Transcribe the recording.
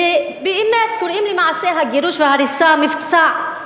ובאמת, קוראים למעשה הגירוש וההריסה "מבצע".